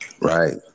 Right